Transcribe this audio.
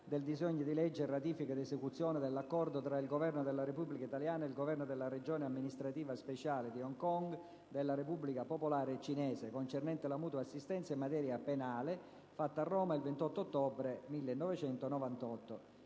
DISEGNO DI LEGGE Ratifica ed esecuzione dell'Accordo tra il Governo della Repubblica italiana e il Governo della regione amministrativa speciale di Hong Kong della Repubblica popolare cinese concernente la mutua assistenza in materia penale, fatto a Roma il 28 ottobre 1998